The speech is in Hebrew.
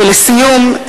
ולסיום,